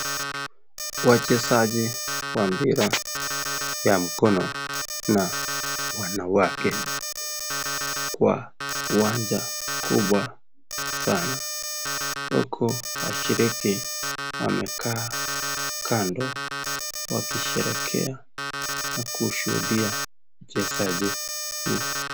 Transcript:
Wachezaji wa mpira ya mkono na wanawake kwa kiwanja kubwa sana huku washiriki wamekaa kando wakisherekea na kushuudia uchesaji huu.